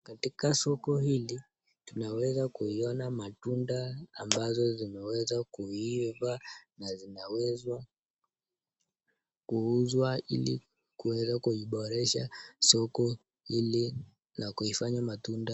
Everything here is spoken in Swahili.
Katika soko hili tunaweza kuiona matunda ambazo zimeweza kuiva na zinawezwa kuuzwa ili kuweza kuiboresha soko hili la kuifanya matunda.